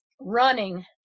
running